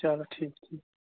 چَلو ٹھیٖک